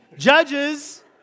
judges